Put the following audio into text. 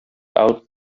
out